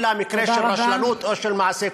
אלא מקרה של רשלנות או של מעשה קונדס.